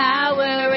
Power